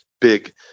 big